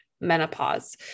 menopause